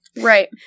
Right